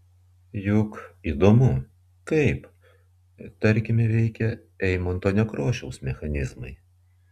juk įdomu kaip tarkime veikia eimunto nekrošiaus mechanizmai